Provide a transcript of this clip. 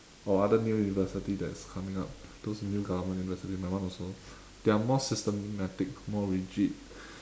or other new universities that's coming up those new government universities my one also they are more systematic more rigid